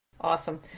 Awesome